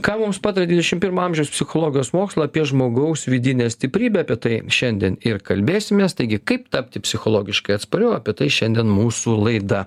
ką mums pataria dvidešimt pirmo amžiaus psichologijos mokslą apie žmogaus vidinę stiprybę apie tai šiandien ir kalbėsimės taigi kaip tapti psichologiškai atspariu apie tai šiandien mūsų laida